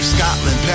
Scotland